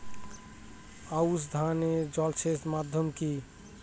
আউশ ধান এ জলসেচের মাধ্যম কি?